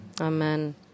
Amen